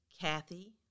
Kathy